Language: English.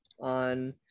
on